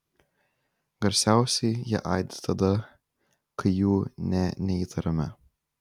garsiausiai jie aidi tada kai jų nė neįtariame